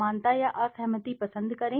समानता या असहमति पसंद करें